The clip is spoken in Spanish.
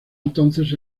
entonces